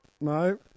No